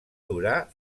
durar